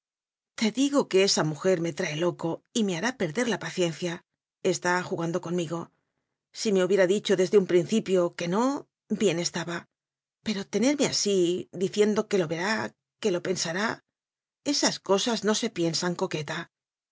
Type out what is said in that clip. te digo que esa mujer me trae loco y me hará perder la paciencia está jugando con migo si me hubiera dicho desde un principio que no bien estaba pero tenerme así di ciendo que lo verá que lo pensará esas co sas no se piensan coqueta